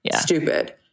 Stupid